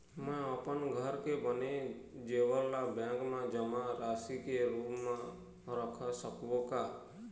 म अपन घर के बने जेवर ला बैंक म जमा राशि के रूप म रख सकबो का?